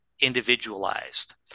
individualized